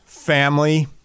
family